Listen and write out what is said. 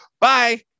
Bye